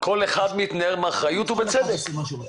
--- כל אחד עושה מה שהוא רוצה.